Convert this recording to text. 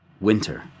Winter